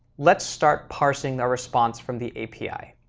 let's start passing the response from the api.